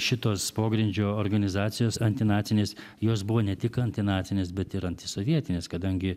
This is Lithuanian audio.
šitos pogrindžio organizacijos antinacinės jos buvo ne tik antinacinės bet ir antisovietinės kadangi